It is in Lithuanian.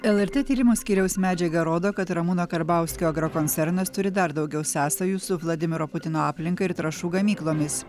lrt tyrimų skyriaus medžiaga rodo kad ramūno karbauskio agrokoncernas turi dar daugiau sąsajų su vladimiro putino aplinka ir trąšų gamyklomis